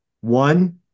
One